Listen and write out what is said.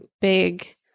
big